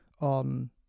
on